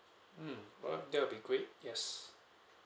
mm alright that'll be great yes